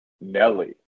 Nelly